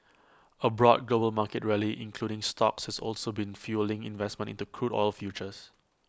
A broad global market rally including stocks has also been fuelling investment into crude oil futures